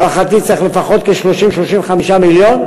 להערכתי צריך לפחות 30 35 מיליון,